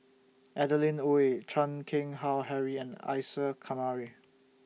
Adeline Ooi Chan Keng Howe Harry and Isa Kamari